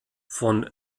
von